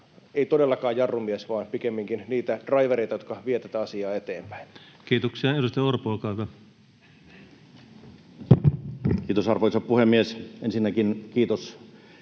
ei todellakaan ole jarrumies, vaan pikemminkin niitä draivereita, jotka vievät tätä asiaa eteenpäin. Kiitoksia. — Edustaja Orpo, olkaa hyvä. Kiitos, arvoisa puhemies! Ensinnäkin kiitos